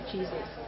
Jesus